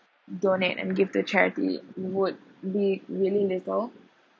donate and give the charity would be really little